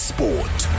Sport